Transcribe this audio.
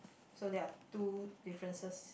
so there are two differences